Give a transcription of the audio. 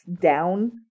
down